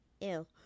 Ew